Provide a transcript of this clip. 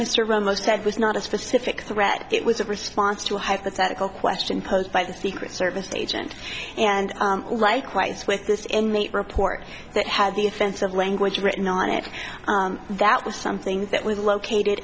ramos said was not a specific threat it was a response to a hypothetical question posed by the secret service agent and likewise with this inmate report that had the offensive language written on it that was something that was located